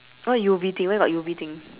what U_V thing where got U_V thing